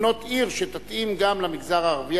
לבנות עיר שתתאים גם למגזר הערבי,